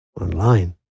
online